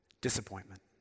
disappointment